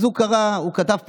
אז הוא כתב פוסט: